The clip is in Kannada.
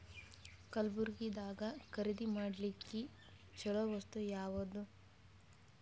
ಕಲಬುರ್ಗಿದಾಗ ಖರೀದಿ ಮಾಡ್ಲಿಕ್ಕಿ ಚಲೋ ವಸ್ತು ಯಾವಾದು?